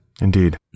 Indeed